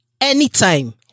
anytime